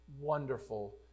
wonderful